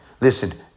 Listen